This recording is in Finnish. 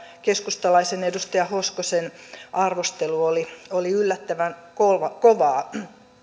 keskustalaisen edustaja hoskosen arvostelu oli oli yllättävän kovaa kovaa